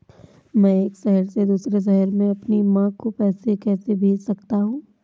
मैं एक शहर से दूसरे शहर में अपनी माँ को पैसे कैसे भेज सकता हूँ?